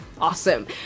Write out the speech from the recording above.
Awesome